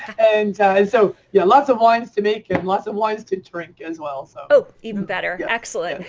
and so yeah, lots of wines to make and lots of wines to drink as well. oh, even better, excellent.